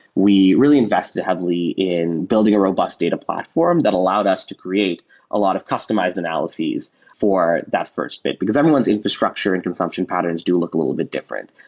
we really invested heavily in building a robust data platform that allowed us to create a lot of customized analysis for that first bit, because everyone infrastructure and consumption patterns do look a little bit different.